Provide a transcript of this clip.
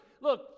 Look